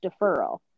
deferral